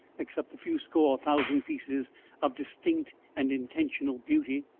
except a few score thousand pieces of distinct and intentional beauty,